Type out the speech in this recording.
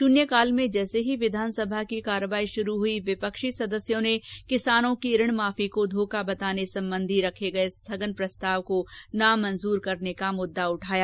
शून्यकाल में जैसे ही विधानसभा की कार्यवाही शुरू हुई विपक्षी सदस्यों ने किसानों की ऋण माफी को धोखा बताने संबंधी रखे गये स्थगन प्रस्ताव को नामंजूर करने का मुददा उठाया